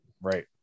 Right